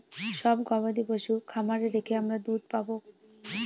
সব গবাদি পশু খামারে রেখে আমরা দুধ পাবো